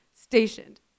Stationed